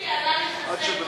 ואחמד טיבי עלה לחזק,